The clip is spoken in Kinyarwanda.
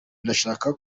ndashaka